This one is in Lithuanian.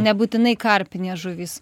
nebūtinai karpinės žuvys